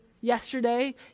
Yesterday